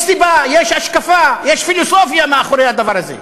יש סיבה, יש השקפה, יש פילוסופיה מאחורי הדבר הזה.